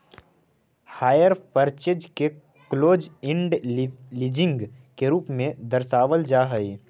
hire purchase के close end leasing के रूप में दर्शावल जा हई